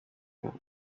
intego